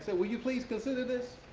said, will you please consider this?